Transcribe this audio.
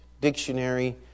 dictionary